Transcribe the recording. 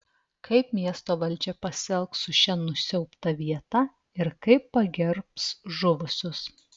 kaip miesto valdžia pasielgs su šia nusiaubta vieta ir kaip pagerbs žuvusius